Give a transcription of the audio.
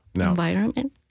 Environment